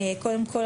קודם כל,